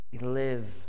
Live